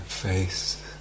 face